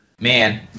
Man